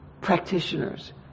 practitioners